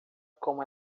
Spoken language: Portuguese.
como